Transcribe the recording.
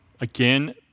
again